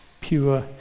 pure